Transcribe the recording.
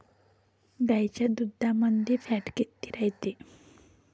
गाईच्या दुधामंदी फॅट किती रायते?